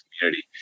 community